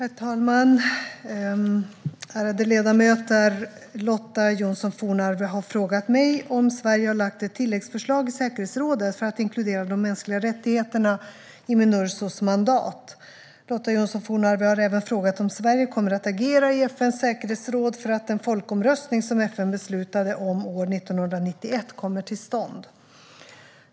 Herr talman och ärade ledamöter! Lotta Johnsson Fornarve har frågat mig om Sverige har lagt fram ett tilläggsförslag i säkerhetsrådet för att inkludera de mänskliga rättigheterna i Minursos mandat. Lotta Johnsson Fornarve har även frågat om Sverige kommer att agera i FN:s säkerhetsråd för att den folkomröstning som FN beslutade om år 1991 kommer till stånd.